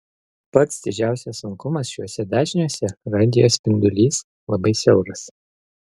pats didžiausias sunkumas šiuose dažniuose radijo spindulys labai siauras